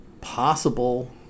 possible